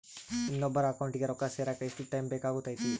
ಇನ್ನೊಬ್ಬರ ಅಕೌಂಟಿಗೆ ರೊಕ್ಕ ಸೇರಕ ಎಷ್ಟು ಟೈಮ್ ಬೇಕಾಗುತೈತಿ?